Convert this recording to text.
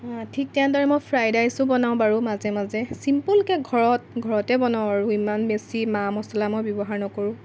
ঠিক তেনেদৰে মই ফ্ৰাইড ৰাইচো বনাওঁ বাৰু মাজে মাজে চিম্পুলকৈ ঘৰত ঘৰতে বনাওঁ আৰু ইমান বেছি মা মছলা মই ব্যৱহাৰ নকৰোঁ